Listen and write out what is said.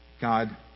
God